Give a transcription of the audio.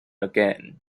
again